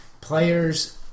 players